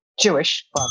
Jewish